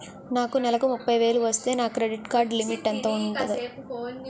నాకు నెలకు ముప్పై వేలు వస్తే నా క్రెడిట్ కార్డ్ లిమిట్ ఎంత ఉంటాది?